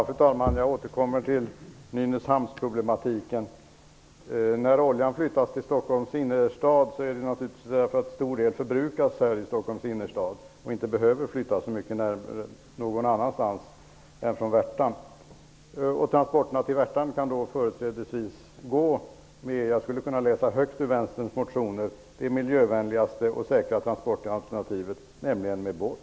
Fru talman! Jag återkommer till diskussionen om Nynäshamn. Oljan flyttas till Stockholms innerstad därför att en stor mängd olja förbrukas där. Oljan behöver bara förflyttas från Värtan. Enligt Vänsterpartiets motioner kan transporterna till Värtan företrädesvis gå med det miljövänligaste och säkraste transportalternativet, nämligen med båt.